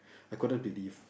I couldn't believe